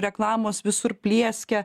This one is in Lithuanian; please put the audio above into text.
reklamos visur plieskia